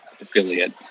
affiliate